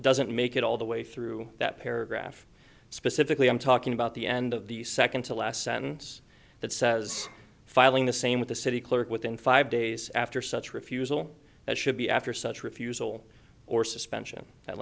doesn't make it all the way through that paragraph specifically i'm talking about the end of the second to last sentence that says filing the same with the city clerk within five days after such refusal as should be after such refusal or suspension that